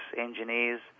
engineers